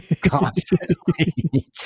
constantly